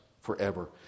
forever